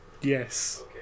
Yes